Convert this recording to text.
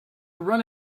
run